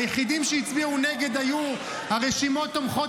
היחידים שהצביעו נגד היו הרשימות תומכות